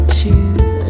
choose